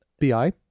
BI